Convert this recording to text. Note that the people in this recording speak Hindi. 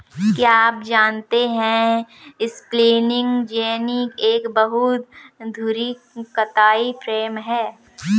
क्या आप जानते है स्पिंनिंग जेनि एक बहु धुरी कताई फ्रेम है?